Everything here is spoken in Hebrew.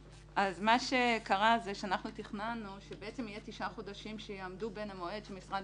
מה שקרה שתכננו שיהיו תשעה חודשים שיעמדו בין המועד שבו משרד